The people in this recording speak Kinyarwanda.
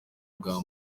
bwa